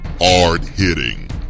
Hard-hitting